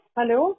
Hello